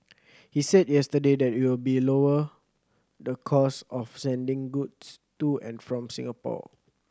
he said yesterday that it will lower the cost of sending goods to and from Singapore